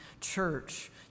church